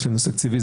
יש נושא תקציבי.